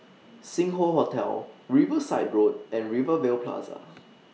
Sing Hoe Hotel Riverside Road and Rivervale Plaza